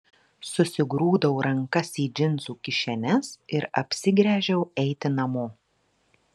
susigrūdau rankas į džinsų kišenes ir apsigręžiau eiti namo